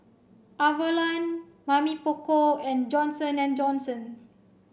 Avalon Mamy Poko and Johnson and Johnson